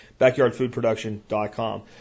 backyardfoodproduction.com